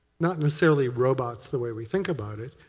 not necessarily robots the way we think about it,